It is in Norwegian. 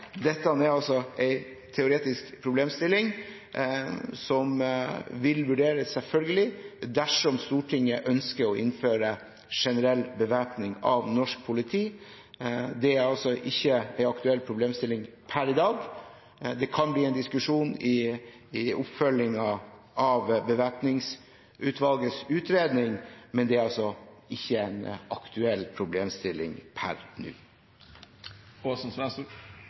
altså er en teoretisk problemstilling, som selvfølgelig vil vurderes dersom Stortinget ønsker å innføre generell bevæpning av norsk politi. Det er altså ikke en aktuell problemstilling per i dag. Det kan bli en diskusjon i oppfølgingen av Bevæpningsutvalgets utredning, men det er altså ikke en aktuell problemstilling per